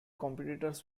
competitors